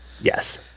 Yes